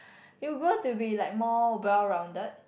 you will grow to be like more well rounded